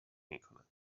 میکنند